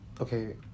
Okay